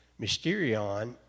mysterion